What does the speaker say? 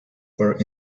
were